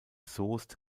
soest